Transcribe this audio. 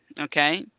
okay